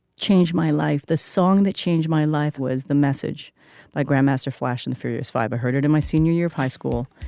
changed my life the song that changed my life was the message by grandmaster flash in the furious five i heard it in my senior year of high school.